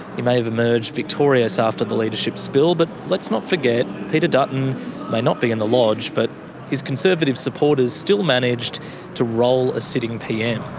he may have emerged victorious after the leadership spill but let's not forget peter dutton may not be in the lodge but his conservative supporters still managed to roll a sitting pm.